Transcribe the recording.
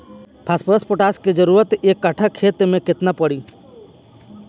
Phosphorus potash के जरूरत एक कट्ठा खेत मे केतना पड़ी?